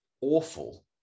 awful